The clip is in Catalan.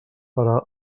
farà